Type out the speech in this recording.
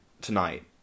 tonight